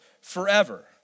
forever